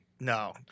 No